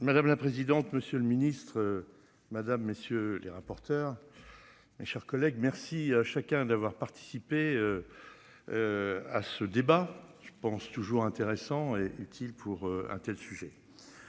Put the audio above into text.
Madame la présidente. Monsieur le Ministre. Madame, monsieur les rapporteurs. Mes chers collègues. Merci à chacun d'avoir participé. À ce débat, je pense toujours intéressant et utile pour un tel sujet.